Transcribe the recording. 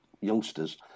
youngsters